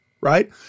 right